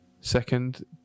Second